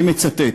אני מצטט: